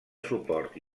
suport